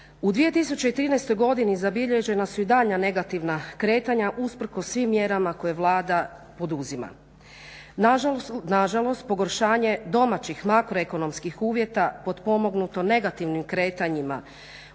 U 2013.godini zabilježena su i daljnja negativna kretanja usprkos svim mjerama koje Vlada poduzima. Nažalost, pogoršanje domaćih makroekonomskih uvjeta potpomognuto negativnim kretanjima